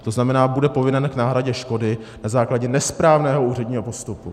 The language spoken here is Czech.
To znamená, bude povinen k náhradě škody na základě nesprávného úředního postupu.